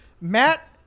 Matt